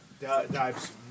dives